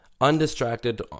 undistracted